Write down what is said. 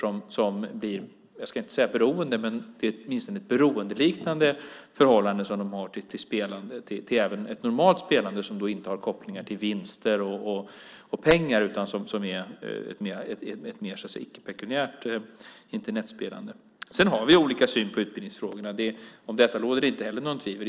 Jag ska inte säga att de blir beroende, men de har åtminstone ett beroendeliknande förhållande till spelande, även till ett normalt spelande som inte har kopplingar till vinster och pengar. Det är ett mer, så att säga, icke-pekuniärt Internetspelande. Sedan har vi olika syn på utbildningsfrågorna. Om detta råder det inte heller något tvivel.